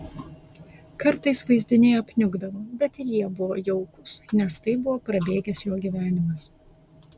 kartais vaizdiniai apniukdavo bet ir jie buvo jaukūs nes tai buvo prabėgęs jo gyvenimas